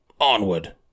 onward